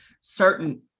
certain